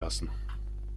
lassen